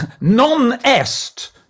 non-est